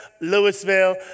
Louisville